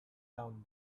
down